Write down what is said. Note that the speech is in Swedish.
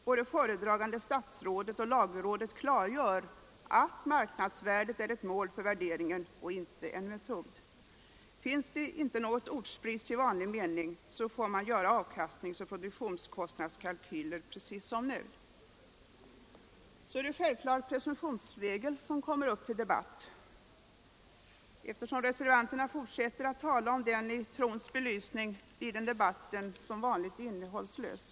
Både föredragande statsrådet och lagrådet klargör att marknadsvärdet är ett mål för värderingen och inte en metod. Finns det inte något ortspris i vanlig mening får man göra avkastningsoch produktionskostnadskalkyler precis som nu. Så kommer givetvis presumtionsregeln upp till debatt. Eftersom reservanterna fortsätter att tala om den i trons belysning blir debatten som vanligt innehållslös.